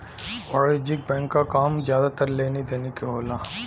वाणिज्यिक बैंक क काम जादातर लेनी देनी के होला